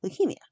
leukemia